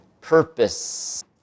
purpose